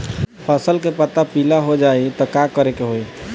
फसल के पत्ता पीला हो जाई त का करेके होई?